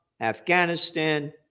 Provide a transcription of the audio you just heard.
Afghanistan